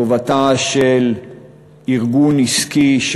שבהם נמדדת טובתו של ארגון עסקי,